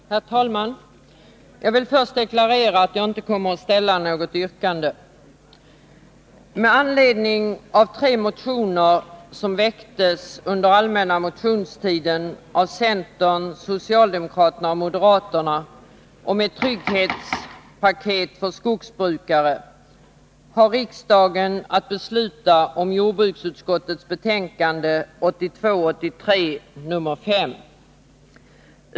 Herr talman! Jag vill först deklarera att jag inte kommer att ställa något yrkande. Med anledning av tre motioner som väcktes under den allmänna motionstiden av centern, socialdemokraterna och moderaterna om ett trygghetspaket för skogsbrukare har riksdagen att besluta om jordbruksutskottets betänkande 1982/83:5.